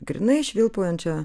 grynai švilpaujančią